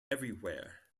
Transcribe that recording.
everywhere